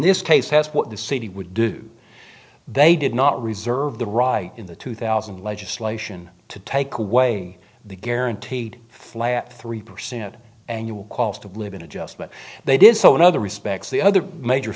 this case has what the city would do they did not reserve the right in the two thousand and legislation to take away the guaranteed flat three percent annual cost of living adjustment they did so in other respects the other major